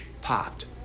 popped